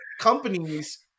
companies